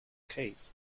case